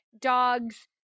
dogs